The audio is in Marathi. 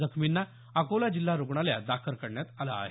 जखमींना अकोला जिल्हा रूग्णालयात दाखल करण्यात आलं आहे